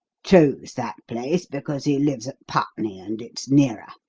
chose that place because he lives at putney, and it's nearer.